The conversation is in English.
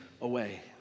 away